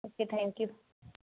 okay thank you